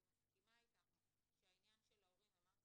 אני מסכימה אתך שהעניין של ההורים אמרתי